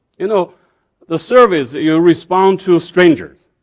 you know the surveys you respond to stranger.